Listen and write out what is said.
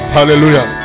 Hallelujah